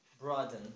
broaden